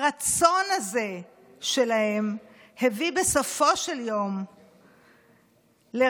הרצון הזה שלהם הביא בסופו של יום לרצון